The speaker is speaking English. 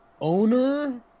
owner